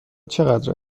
چقدر